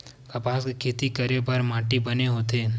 कपास के खेती करे बर का माटी बने होथे?